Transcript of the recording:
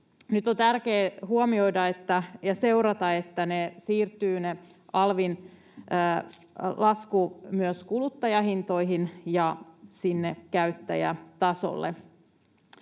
Nyt on tärkeää huomioida ja seurata, että alvin lasku siirtyy myös kuluttajahintoihin ja sinne käyttäjätasolle.